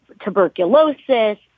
tuberculosis